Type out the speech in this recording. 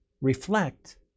reflect